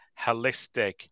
holistic